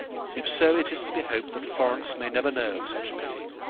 if so, it is to be hoped that florence may never know of such pity.